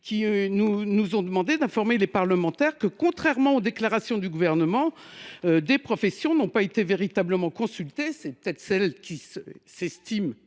nous ont demandé d’informer les parlementaires que, contrairement aux déclarations du Gouvernement, certaines professions n’ont pas été véritablement consultées – sans doute s’agit il de celles qui s’estiment